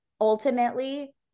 ultimately